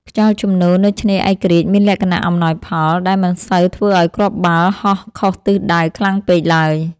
ខ្យល់ជំនោរនៅឆ្នេរឯករាជ្យមានលក្ខណៈអំណោយផល ដែលមិនសូវធ្វើឱ្យគ្រាប់បាល់ហោះខុសទិសដៅខ្លាំងពេកឡើយ។